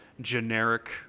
generic